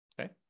Okay